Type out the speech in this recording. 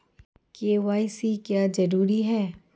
KYC क्यों जरूरी है?